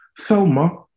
Thelma